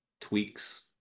tweaks